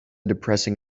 depressing